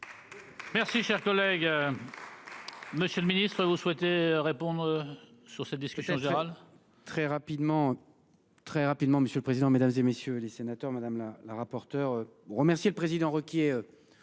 Merci cher collègue. Monsieur le Ministre, vous souhaitez. Pour. Sur cette discussion générale.